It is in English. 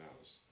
house